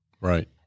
Right